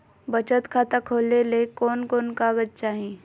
बचत खाता खोले ले कोन कोन कागज चाही?